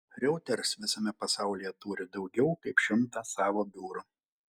reuters visame pasaulyje turi daugiau kaip šimtą savo biurų